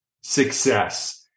success